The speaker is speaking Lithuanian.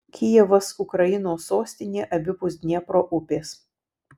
kijevas ukrainos sostinė abipus dniepro upės